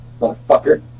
Motherfucker